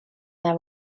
their